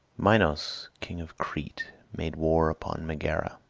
minos, king of crete, made war upon megara.